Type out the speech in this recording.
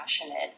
passionate